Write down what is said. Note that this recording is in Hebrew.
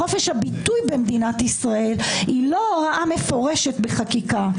חופש הביטוי במדינת ישראל היא לא הוראה מפורשת בחקיקה.